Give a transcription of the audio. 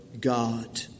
God